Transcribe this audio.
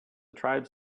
tribes